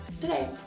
Today